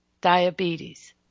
diabetes